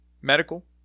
Medical